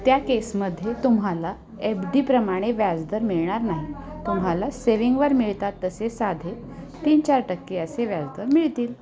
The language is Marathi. त्या केसमध्ये तुम्हाला एफ डी प्रमाणे व्याजदर मिळणार नाही तुम्हाला सेविंगवर मिळतात तसेच साधे तीन चार टक्के असे व्याजदर मिळतील